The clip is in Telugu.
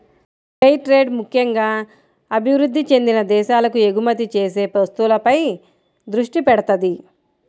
ఫెయిర్ ట్రేడ్ ముక్కెంగా అభివృద్ధి చెందిన దేశాలకు ఎగుమతి చేసే వస్తువులపై దృష్టి పెడతది